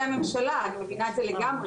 אני מבינה את זה לגמרי,